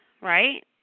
right